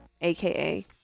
AKA